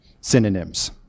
synonyms